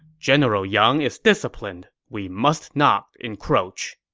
general yang is disciplined. we must not encroach.